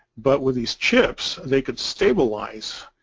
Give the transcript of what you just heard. but with these chips they could stabilize,